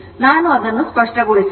ನಾನು ಅದನ್ನು ಸ್ಪಷ್ಟಗೊಳಿಸುತ್ತೇನೆ